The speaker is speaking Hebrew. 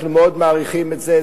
אנחנו מאוד מעריכים את זה.